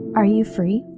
are you free?